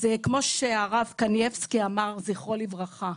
אז כמו שהרבה קנייבסקי, זכרו לברכה,